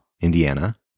Indiana